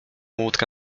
łódkę